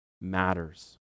matters